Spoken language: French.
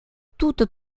toute